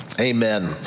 Amen